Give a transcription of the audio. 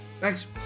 Thanks